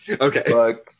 Okay